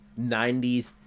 90s